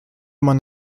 man